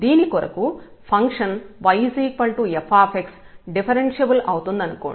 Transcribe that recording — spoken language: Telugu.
దీనికొరకు ఫంక్షన్ yf డిఫరెన్ష్యబుల్ అవుతుందనుకోండి